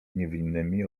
niewinnymi